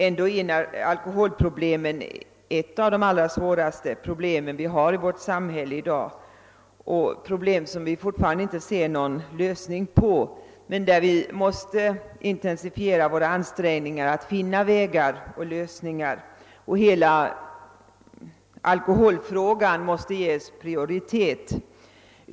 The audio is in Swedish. Ändå är alkoholproblemet det svåraste problem vi har i dag — ett problem som vi för närvarande inte ser någon lösning på. Vi måste intensifiera våra ansträngningar att finna lösningar, och åt hela alkoholfrågan måste ges prioritet.